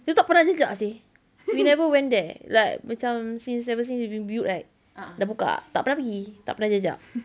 we tak pernah jejak seh we never went there like macam since ever since it's been built like dah buka tak pernah pergi tak pernah jejak